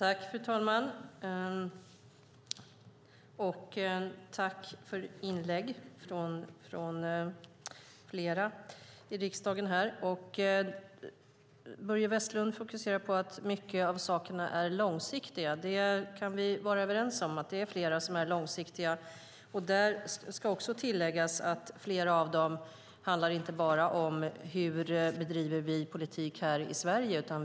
Fru talman! Jag tackar för inläggen här. Börje Vestlund fokuserade på att många av dessa åtgärder är långsiktiga. Det kan vi vara överens om. Jag kan också tillägga att flera av dem inte bara handlar om hur vi bedriver politik här i Sverige.